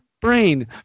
brain